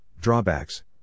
Drawbacks